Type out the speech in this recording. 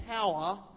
power